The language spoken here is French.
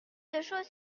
chaussures